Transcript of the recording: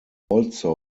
also